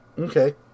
Okay